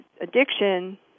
addiction